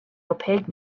opaque